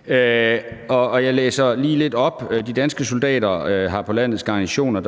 tilfredsstillende. De danske soldater på landets garnisoner